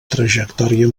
trajectòria